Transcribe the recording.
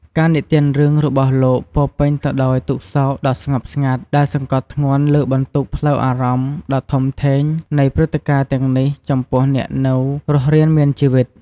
ការនិទានរឿងរបស់លោកពោរពេញទៅដោយទុក្ខសោកដ៏ស្ងប់ស្ងាត់ ដែលសង្កត់ធ្ងន់លើបន្ទុកផ្លូវអារម្មណ៍ដ៏ធំធេងនៃព្រឹត្តិការណ៍ទាំងនេះចំពោះអ្នកនៅរស់រានមានជីវិត។